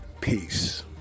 peace